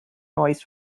noise